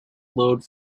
glowed